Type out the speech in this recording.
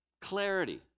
clarity